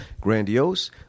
grandiose